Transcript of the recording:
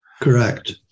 Correct